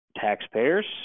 Taxpayers